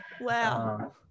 Wow